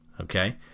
Okay